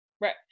right